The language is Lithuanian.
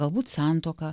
galbūt santuoką